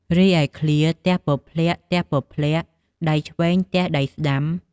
រីឯឃ្លា «ទះពព្លាក់ ទះពព្លាក់ ដៃឆ្វេង ទះដៃស្តាំ» ។